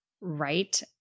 Right